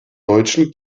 deutschen